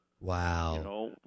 Wow